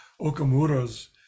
Okamura's